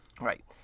Right